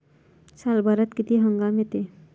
सालभरात किती हंगाम येते?